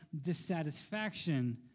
dissatisfaction